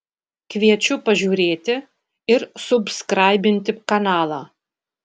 kviečiu pažiūrėti ir subskraibinti kanalą